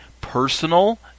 personal